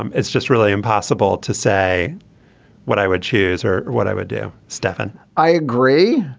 um it's just really impossible to say what i would choose or what i would do stefan i agree.